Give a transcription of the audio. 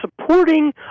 supporting